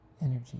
energy